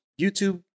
YouTube